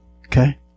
Okay